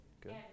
good